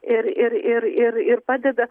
ir ir ir ir ir padeda